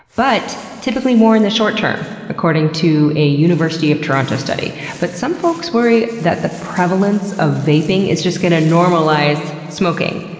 but typically more in the short term, according to one university of toronto study. but some folks worry that the prevalence of vaping is just going to normalize smoking.